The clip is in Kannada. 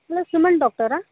ಅಲೋ ಸುಮನ್ ಡಾಕ್ಟರಾ